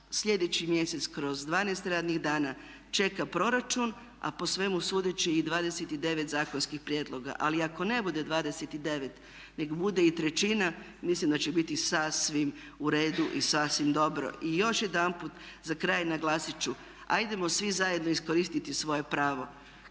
sljedeći mjesec kroz 12 radnih dana čeka proračun, a po svemu sudeći i 29 zakonskih prijedloga. Ali ako ne bude 29, nek' bude i trećina mislim da će biti sasvim u redu i sasvim dobro. I još jedanput za kraj naglasit ću, hajdemo svi zajedno iskoristiti svoje pravo.